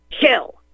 kill